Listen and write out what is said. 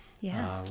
Yes